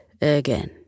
again